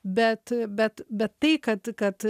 bet bet bet tai kad kad